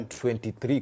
23